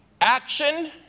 action